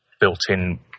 built-in